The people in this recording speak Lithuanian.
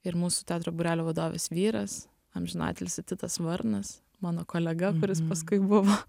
ir mūsų teatro būrelio vadovės vyras amžinatilsį titas varnas mano kolega kuris paskui buvo